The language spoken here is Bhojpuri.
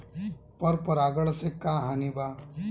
पर परागण से का हानि बा?